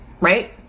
right